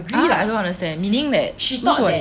!huh! I don't understand meaning that 如果